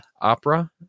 Opera